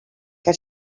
què